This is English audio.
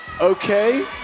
Okay